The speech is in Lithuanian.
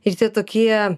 ir tokie